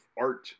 art